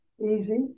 Easy